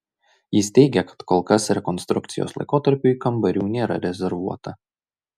jis teigia kad kol kas rekonstrukcijos laikotarpiui kambarių nėra rezervuota